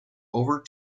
over